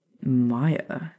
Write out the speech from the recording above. Maya